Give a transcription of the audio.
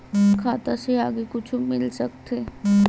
खाता से आगे कुछु मिल सकथे?